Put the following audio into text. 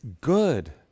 good